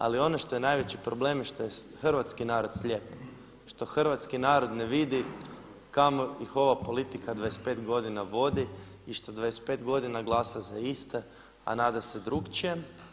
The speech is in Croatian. Ali ono što je najveći problem je što je hrvatski narod slijep, što hrvatski narod ne vidi kamo ih ova politika 25 godina vodi i što 25 godina glasa za iste, a nada se drukčijem.